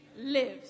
lives